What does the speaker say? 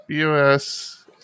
BOS